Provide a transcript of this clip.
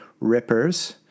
rippers